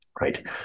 right